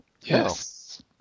yes